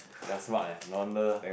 you're smart eh no wonder